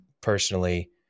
personally